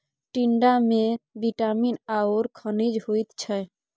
टिंडामे विटामिन आओर खनिज होइत छै